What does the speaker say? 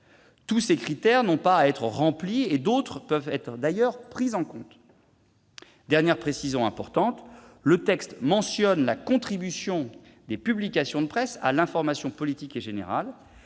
Tous les critères mentionnés n'ont pas à être remplis ; toutefois d'autres peuvent être pris en compte. Dernière précision importante : le texte mentionne la « contribution » des publications de presse à l'information politique et générale,